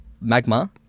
magma